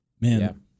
man